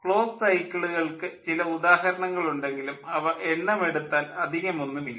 closed സൈക്കിളുകൾക്ക് ചില ഉദാഹരണങ്ങൾ ഉണ്ടെങ്കിലും അവ എണ്ണമെടുത്താൽ അധികമൊന്നും ഇല്ല